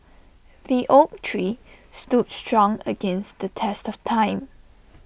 the oak tree stood strong against the test of time